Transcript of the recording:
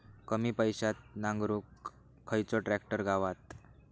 कमी पैशात नांगरुक खयचो ट्रॅक्टर गावात?